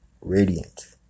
radiant